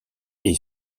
est